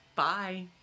Bye